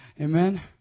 Amen